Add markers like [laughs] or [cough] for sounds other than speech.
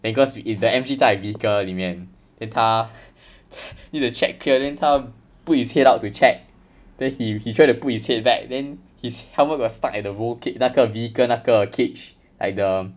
because if the M_G 在 vehicle 里面 then 他 [laughs] need to check clear then 他 put his head out to check then he he tried to put his head back then his helmet got stuck at the bowl cage 那个 vehicle 那个 cage like the